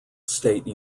state